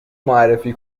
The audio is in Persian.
معرفی